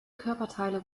körperteile